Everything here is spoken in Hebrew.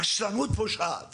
ברשלנות פושעת